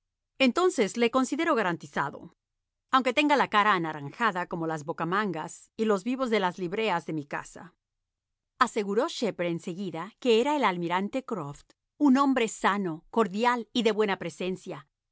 entonces le considero garantizado aunque tenga la cara anaranjada como las bocamangas y los vivos de las libreas de mi casa aseguró shepherd en seguida que era el almirante croft un hombre sano cordial y de buena presencia